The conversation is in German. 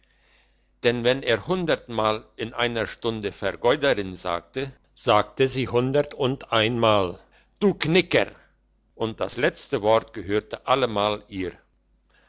denn wenn er hundertmal in einer stunde vergeuderin sagte sagte sie hundertundeinmal du knicker und das letzte wort gehörte allemal ihr